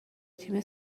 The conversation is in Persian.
تیم